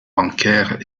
bancaire